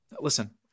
Listen